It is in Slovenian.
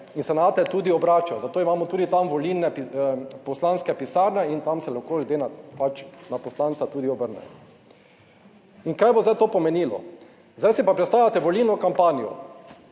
in se nate tudi obračajo, zato imamo tudi tam volilne poslanske pisarne in tam se lahko ljudje pač na poslanca tudi obrnejo. In kaj bo zdaj to pomenilo. Zdaj si pa predstavljate volilno kampanjo,